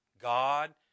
God